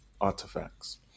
artifacts